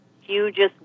hugest